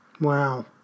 wow